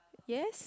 yes